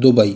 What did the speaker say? Dubai